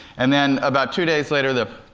and then about two days later, the